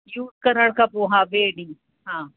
use करण खां पोइ हा ॿिएं ॾींहं हा